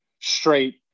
straight